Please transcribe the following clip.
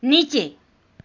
નીચે